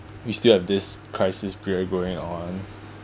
we still have this crisis period going on